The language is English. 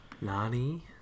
Nani